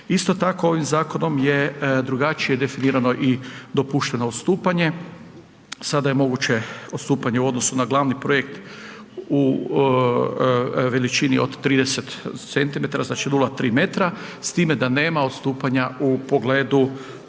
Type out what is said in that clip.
Isto tako, ovim zakonom je drugačije definirano i dopušteno odstupanje sada je moguće odstupanje u odnosu na glavni projekt u veličini od 30 centimetara, znači 0,3m s time da nema odstupanja u pogledu